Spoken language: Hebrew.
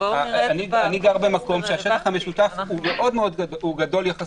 אני גר במקום שהשטח המשותף הוא גדול יחסית,